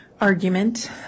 argument